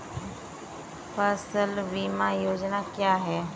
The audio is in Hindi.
फसल बीमा योजना क्या है?